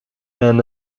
d’un